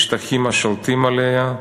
לשטחים השולטים עליה,